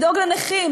לדאוג לנכים,